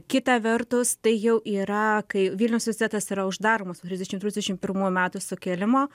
kita vertus tai jau yra kai vilniaus universitetas yra uždaromas po trisdešimtų trisdešim pirmųjų metų sukilimo